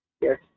Yes